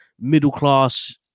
middle-class